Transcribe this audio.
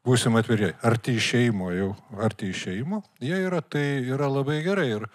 būsim atviri arti išėjimo jau arti išėjimo jie yra tai yra labai gerai ir